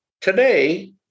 Today